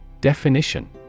Definition